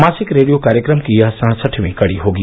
मासिक रेडियो कार्यक्रम की यह सड़सठवीं कड़ी होगी